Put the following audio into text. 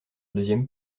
deuxième